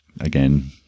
again